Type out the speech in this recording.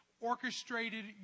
orchestrated